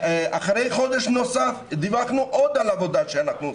אחרי חודש נוסף דיווחנו עוד על עבודה שאנחנו עושים.